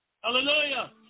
Hallelujah